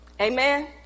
amen